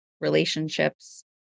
relationships